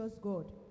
God